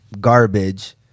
Garbage